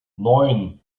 neun